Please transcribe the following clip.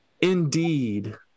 indeed